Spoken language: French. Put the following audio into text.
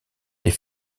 les